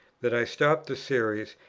that i stopped the series,